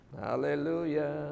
hallelujah